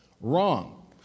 Wrong